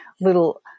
little